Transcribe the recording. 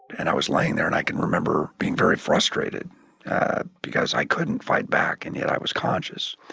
and i was laying there and i can remember being very frustrated because i couldn't fight back and yet i was conscious.